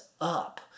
up